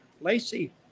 Lacey